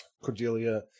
cordelia